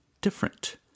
different